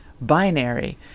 binary